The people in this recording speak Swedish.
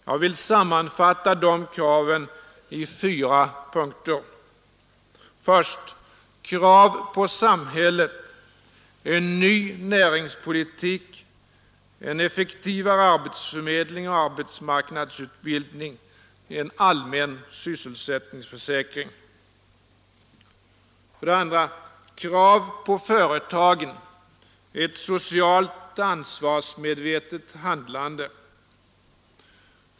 Jag vill sammanfatta de kraven i fyra punkter: 1. Krav på samhället: En ny näringspolitik, effektivare arbetsförmedling och arbetsmarknadsutbildning, en allmän sysselsättningsförsäkring. 2. Krav på företagen: Ett socialt ansvarsmedvetet handlande.